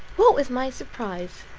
what was my surprise,